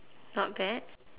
not bad